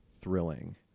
thrilling